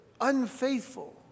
unfaithful